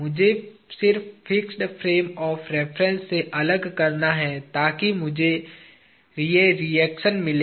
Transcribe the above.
मुझे सिर्फ fixed frame of reference से अलग करना है ताकि मुझे ये रिएक्शन मिलें